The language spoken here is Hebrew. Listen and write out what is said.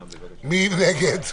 אנחנו הודענו, לא היית פה בישיבה הקודמת.